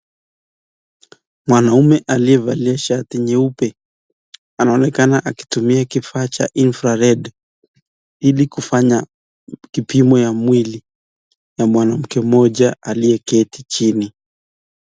Mwanaume aliyevalia shati nyeupe. Anaonekana akitumia kifaa cha infrared ili kufanya kipimo ya mwili ya mwanamke mmoja aliyeketi chini.